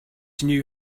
knew